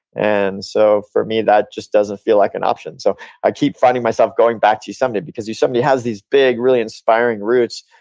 and so for me, that just doesn't feel like an option. so i keep finding myself going back to yosemite, because yosemite has these big really inspiring routes.